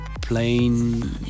plain